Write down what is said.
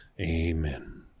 Amen